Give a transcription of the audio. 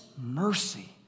mercy